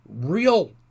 real